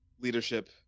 leadership